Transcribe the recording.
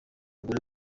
gore